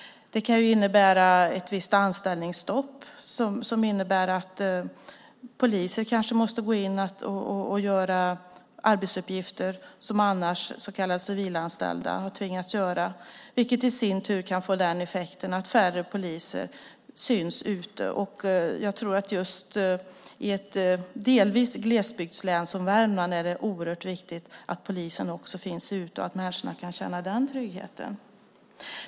Det kan innebära ett visst anställningsstopp, som innebär att polisen kanske måste gå in och utföra arbetsuppgifter som annars så kallade civilanställda har tvingats göra, vilket i sin tur kan få den effekten att färre poliser syns ute. Jag tror att just i ett delvis glest bebyggt län som Värmland är det oerhört viktigt att polisen finns ute och att människorna kan känna den tryggheten.